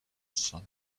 sun